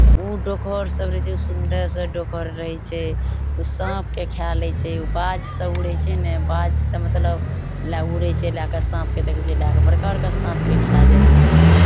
ओ डोकहरसभ रहै छै सुन्दर सभ डोकहर रहै छै ओ साँपकेँ खा लै छै ओ बाजसभ उड़ै छै ने बाज तऽ मतलब लए उड़ै छै लए कऽ साँपकेँ देखै छियै लए कऽ बड़का बड़का साँपकेँ खाए जाइ छै